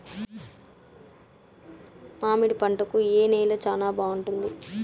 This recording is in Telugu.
మామిడి పంట కి ఏ నేల చానా బాగుంటుంది